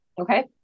Okay